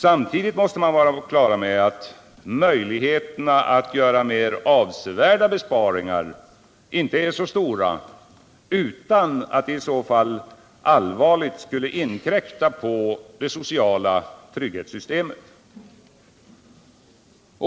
Samtidigt måste man vara på det klara med att möjligheterna att göra mer avsevärda besparingar inte är så stora utan att det allvarligt inkräktar på det sociala trygghetssystemet.